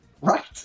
Right